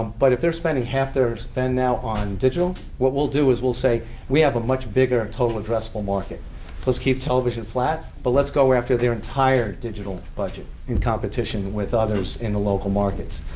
but if they're spending half their spend now on digital, what we'll do is we'll say we have a much bigger total addressable market. so let's keep television flat. but let's go after their entire digital budget, in competition with others in the local markets.